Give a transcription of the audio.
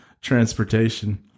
transportation